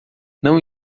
não